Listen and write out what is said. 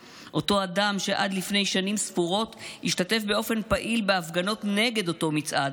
אותו אדם שעד לפני שנים ספורות השתתף באופן פעיל בהפגנות נגד אותו מצעד,